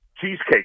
cheesecake